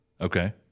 Okay